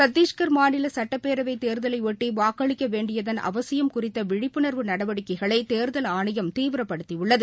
சத்திஷ்கள் மாநில சட்டப்பேரவைத் தேர்தலையொட்டி வாக்களிக்க வேண்டியதன் அவசியம் குறித்த விழிப்புணர்வு நடவடிக்கைகளை தேர்தல் ஆணையம் தீவிரப்படுத்தியுள்ளது